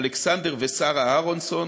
אלכסנדר ושרה אהרונסון,